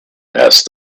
asked